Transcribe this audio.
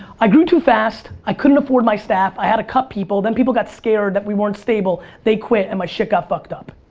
i grew too fast. i couldn't afford my staff. i had to cut people. then people got scared that we weren't stable they quit and my shit got fucked up.